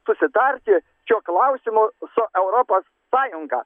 susitarti šiuo klausimu su europos sąjunga